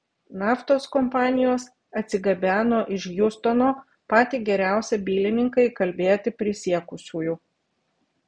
naftos kompanijos atsigabeno iš hjustono patį geriausią bylininką įkalbėti prisiekusiųjų